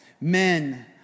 men